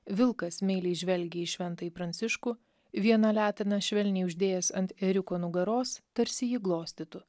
vilkas meiliai žvelgia į šventąjį pranciškų vieną leteną švelniai uždėjęs ant ėriuko nugaros tarsi jį glostytų